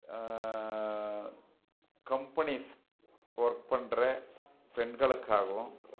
companies work பண்ணுற பெண்களுக்காகவும்